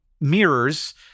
mirrors